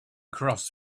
cross